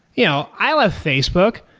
you know i love facebook,